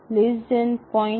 ૭ 0